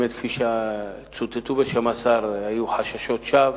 כפי שצוטטו בשם השר, היו חששות שווא.